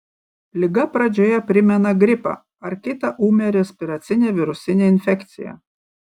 liga pradžioje primena gripą ar kitą ūmią respiracinę virusinę infekciją